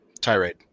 Tirade